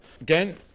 Again